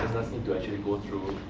need to actually go through